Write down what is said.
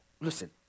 listen